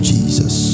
Jesus